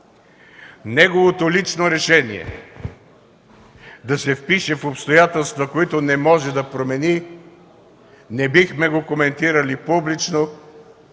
Неговото лично решение да се впише в обстоятелства, които не може да промени, не бихме го коментирали публично,